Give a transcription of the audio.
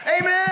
Amen